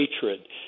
hatred